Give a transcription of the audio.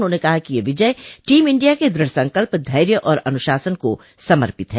उन्होंने कहा कि यह विजय टीम इंडिया के द्रढ़संकल्प धैर्य और अनुशासन को समर्पित है